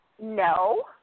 No